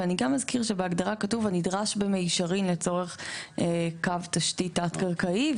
ואני גם אזכיר שבהגדרה כתוב הנדרש במישרין לצורך קו תשתית תת קרקעי,